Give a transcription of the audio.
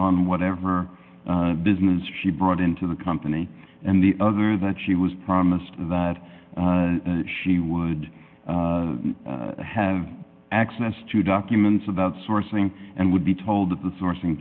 on whatever business she brought into the company and the other that she was promised that she would have access to documents about sourcing and would be told that the sourcing